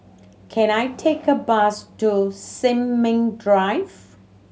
can I take a bus to Sin Ming Drive